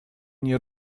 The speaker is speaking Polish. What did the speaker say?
nie